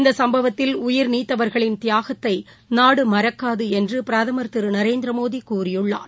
இந்தசம்பவத்தில் உயிர்நீத்தவர்களின் தியாகத்தைநாடுமறக்காதுஎன்றுபிரதமர் திருநரேந்திரமோடிகூறியுள்ளார்